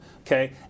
Okay